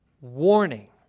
warning